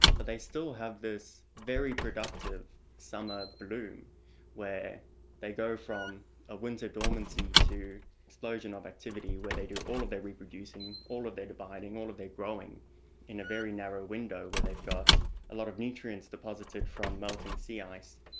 but they still have this very productive summer bloom where they go from a winter dormancy to an explosion of activity where they do all of their reproducing, all of their dividing, all of their growing in a very narrow window where they've got a lot of nutrients deposited from melting sea ice,